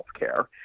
healthcare